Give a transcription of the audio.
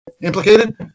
implicated